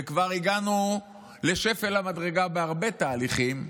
וכבר הגענו לשפל המדרגה בהרבה תהליכים,